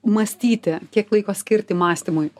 mąstyti kiek laiko skirti mąstymui